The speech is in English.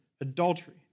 adultery